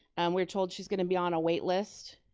we're told she's gonna be on a wait list.